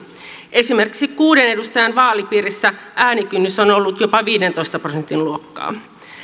esimerkiksi kuuden edustajan vaalipiirissä äänikynnys on ollut jopa viidentoista prosentin luokkaa